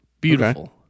beautiful